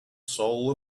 soul